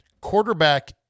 quarterback